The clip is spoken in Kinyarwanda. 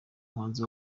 muhanzi